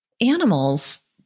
animals